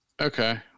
Okay